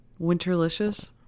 Winterlicious